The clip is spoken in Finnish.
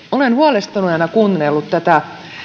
olen huolestuneena kuunnellut tätä